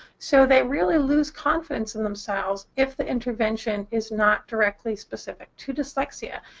so they really lose confidence in themselves if the intervention is not directly specific to dyslexia.